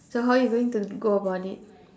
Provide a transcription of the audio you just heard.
so how you going to go about it